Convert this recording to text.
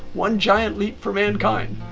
one giant leap for mankind.